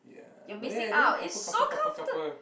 ya but then I don't couple couple couple couple